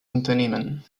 unternehmen